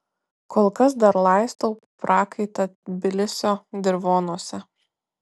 kol kas dar laistau prakaitą tbilisio dirvonuose